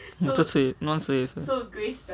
这次那是也是